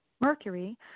Mercury